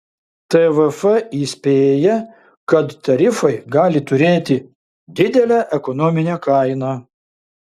tvf įspėja kad tarifai gali turėti didelę ekonominę kainą